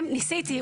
ניסיתי,